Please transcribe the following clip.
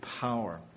power